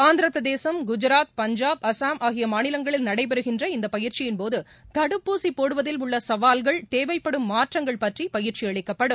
ஆந்திர பிரதேசம் குஜாத் பஞ்சாப் அஸ்ஸாம் ஆகிய மாநிலங்களில் நடைபெறுகின்ற இந்த பயிற்சியின்போது தடுப்பூசி போடுவதில் உள்ள சவால்கள் தேவைப்படும் மாற்றங்கள் பற்றி பயிற்சி அளிக்கப்படும்